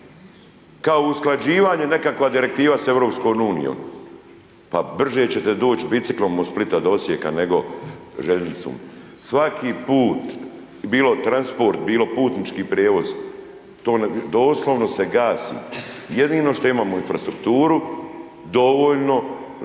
kao usklađivanje nekakva direktiva sa EU. Pa brže ćete doći biciklom od Splita do Osijeka nego željeznicom. Svaki put bilo transport, bilo putnički prijevoz, to doslovno se gasi. Jedino što imamo infrastrukturu dovoljno sačuvanu